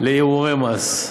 לערעורי מס.